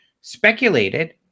speculated